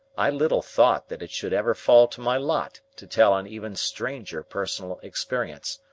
i little thought that it should ever fall to my lot to tell an even stranger personal experience,